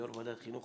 ליו"ר ועדת חינוך,